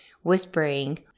Whispering